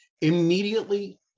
Immediately